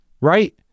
right